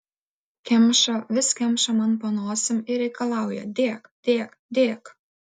kemša vis kemša man po nosim ir reikalauja dėk dėk dėk